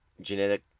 genetic